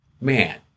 Man